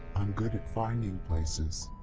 i'm good at finding places.